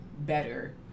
better